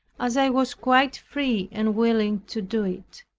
as i was quite free and willing to do it.